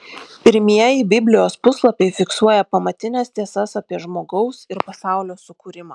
pirmieji biblijos puslapiai fiksuoja pamatines tiesas apie žmogaus ir pasaulio sukūrimą